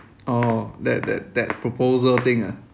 orh that that that proposal thing ah